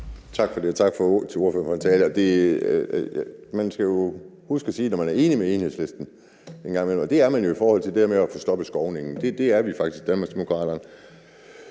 Tak for det, og tak til ordføreren for talen. Man skal huske at sige det, når man engang imellem er enig med Enhedslisten, og det er man jo i forhold til det her med at få stoppet afskovningen. Det er vi i Danmarksdemokraterne